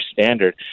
standard